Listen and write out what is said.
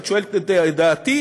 את שואלת את דעתי,